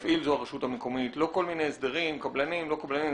לא כל מיני הסדרים, קבלנים וכולי.